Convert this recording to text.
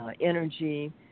Energy